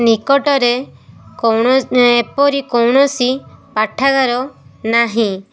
ନିକଟରେ କୌଣ ଏପରି କୌଣସି ପାଠାଗାର ନାହିଁ